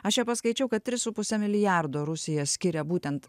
aš čia paskaičiau kad tris su puse milijardo rusija skiria būtent